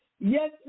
Yes